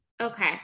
Okay